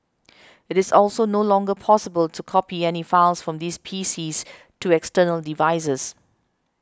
it is also no longer possible to copy any files from these PCs to external devices